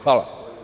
Hvala.